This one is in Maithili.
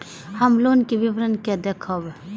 हम लोन के विवरण के देखब?